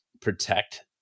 protect